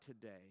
today